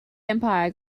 empire